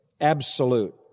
absolute